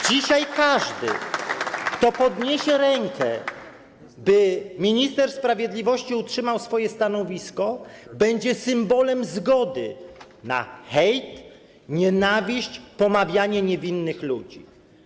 Dzisiaj każdy, kto podniesie rękę za tym, by minister sprawiedliwości utrzymał swoje stanowisko, będzie symbolem zgody na hejt, nienawiść, pomawianie niewinnych ludzi.